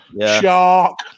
shark